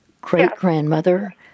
great-grandmother